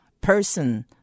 person